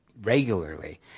regularly